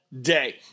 day